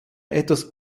etwas